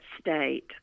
state